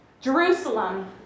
Jerusalem